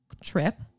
trip